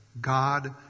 God